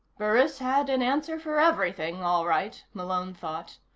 burris had an answer for everything, all right, malone thought.